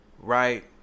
Right